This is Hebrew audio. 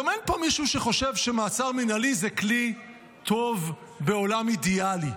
גם אין פה מישהו שחושב שמעצר מינהלי זה כלי טוב בעולם אידיאלי.